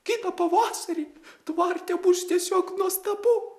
kitą pavasarį tvarte bus tiesiog nuostabu